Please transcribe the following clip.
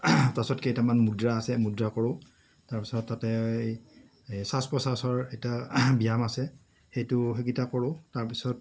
তাৰপাছত কেইটামান মূদ্ৰা আছে মূদ্ৰা কৰোঁ তাৰপাছত তাতে এই শ্বাস প্ৰশ্বাসৰ এটা ব্যায়াম আছে সেইটো সেইকেইটা কৰোঁ তাৰপিছত